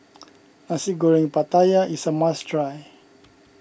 Nasi Goreng Pattaya is a must try